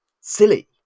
silly